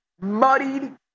muddied